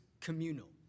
communal